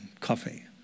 coffee